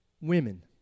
women